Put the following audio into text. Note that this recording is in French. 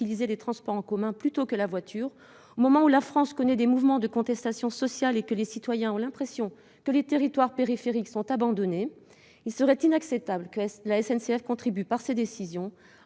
les transports en commun plutôt que la voiture, au moment où la France connaît des mouvements de contestation sociale et que les citoyens ont l'impression que les territoires périphériques sont abandonnés, il serait inacceptable que la SNCF contribue, par ses décisions, à